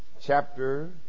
chapter